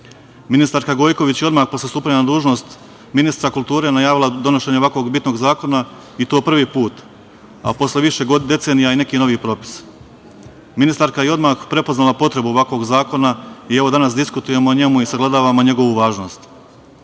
muzeja. Ministarka Gojković je odmah posle stupanja na dužnost ministra kulture najavila donošenje ovako bitnog zakona, i to prvi put, a posle više decenija i neki novi propis. Ministarka je odmah prepoznala potrebu ovakvog zakona i evo danas diskutujemo o njemu i sagledavamo njegovu važnost. Želim